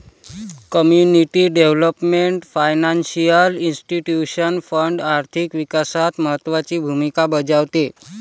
community development financial institution fund आर्थिक विकासात महत्त्वाची भूमिका बजावते